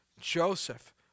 Joseph